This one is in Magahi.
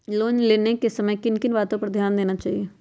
लोन लेने के समय किन किन वातो पर ध्यान देना चाहिए?